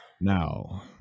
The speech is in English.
Now